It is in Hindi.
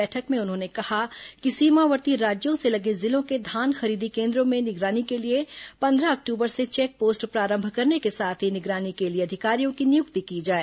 बैठक में उन्होंने कहा कि सीमावर्ती राज्यों से लगे जिलों के धान खरीदी केन्द्रों की निगरानी के लिए पंद्रह अक्टूबर से चेक पोस्ट प्रारंभ करने के साथ ही निगरानी के लिए अधिकारियों की नियुक्ति की जाए